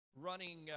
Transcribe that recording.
running